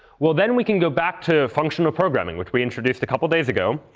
well then we can go back to functional programming, which we introduced a couple of days ago,